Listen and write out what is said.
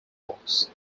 walks